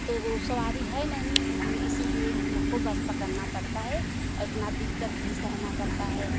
तो वो सवारी है नहीं हम इसलिए हम लोग को बस पकड़ना पड़ता है इतना दिक़्क़त भी सहना पड़ता है